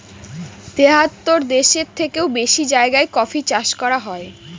তেহাত্তর দেশের থেকেও বেশি জায়গায় কফি চাষ করা হয়